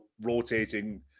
rotating